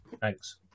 thanks